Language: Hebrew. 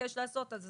שנתבקש לעשות, אז